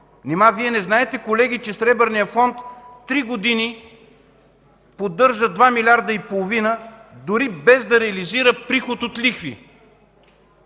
Нима не знаете, колеги, че Сребърният фонд три години поддържа 2 милиарда и половина, дори без да реализира приход от лихви?!